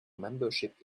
membership